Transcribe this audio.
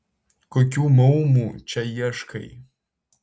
kokių maumų čia ieškai